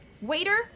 Waiter